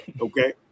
Okay